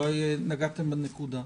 אולי כבר נגעתם בנקודה.